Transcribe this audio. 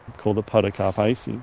called the potocarpaceae,